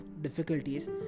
difficulties